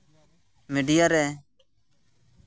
ᱢᱤᱰᱤᱭᱟᱨᱮ